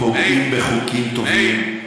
פוגעים בחוקים טובים.